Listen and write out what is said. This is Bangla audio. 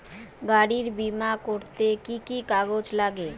গাড়ীর বিমা করতে কি কি কাগজ লাগে?